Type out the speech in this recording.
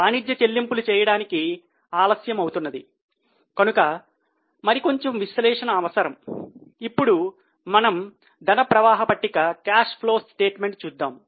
వాణిజ్య చెల్లింపులు చూద్దాం